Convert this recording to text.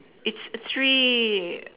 it's a tree